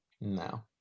No